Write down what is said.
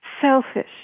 selfish